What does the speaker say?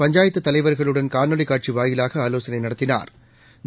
பஞ்சாயத்துதலைவர்களுடன் பிரதமர் காணொலிகாட்சிவாயிலாக ஆலோசனைநடத்தினாா்